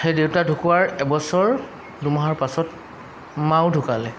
সেই দেউতা ঢুকোৱাৰ এবছৰ দুমাহৰ পাছত মাও ঢুকালে